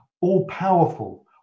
all-powerful